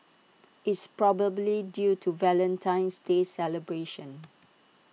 it's probably due to Valentine's day celebrations